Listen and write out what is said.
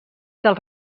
dels